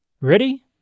Ready